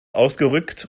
ausgerückt